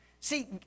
See